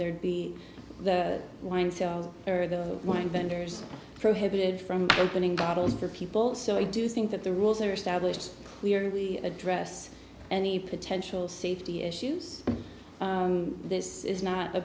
there'd be wind sales or the one vendors are prohibited from opening bottles for people so i do think that the rules are established clearly address any potential safety issues this is not a